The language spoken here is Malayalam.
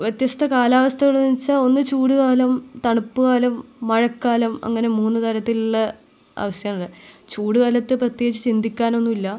വ്യത്യസ്ത കാലാവസ്ഥകളെന്ന് വെച്ചാൽ ഒന്ന് ചൂട് കാലം തണുപ്പ് കാലം മഴക്കാലം അങ്ങനെ മൂന്ന് തരത്തിലുള്ള അവസ്ഥയാ ഉള്ളത് ചൂട് കാലത്ത് പ്രത്യേകിച്ച് ചിന്തിക്കാനൊന്നുമില്ല